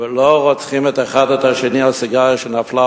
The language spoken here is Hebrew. ולא רוצחים אחד את השני על סיגריה שנפלה,